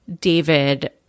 David